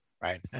Right